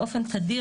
באופן תדיר,